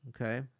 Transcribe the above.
Okay